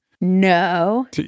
No